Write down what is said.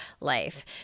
life